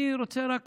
אני רוצה רק